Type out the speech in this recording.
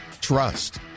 Trust